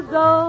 go